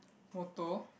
motto